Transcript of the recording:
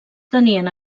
tenien